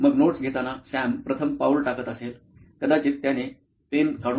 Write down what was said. मग नोट्स घेताना सॅम प्रथम पाऊल टाकत असेल कदाचित त्याने पेन काढून टाकला असेल